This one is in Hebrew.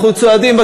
אנחנו צועדים,